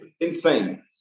insane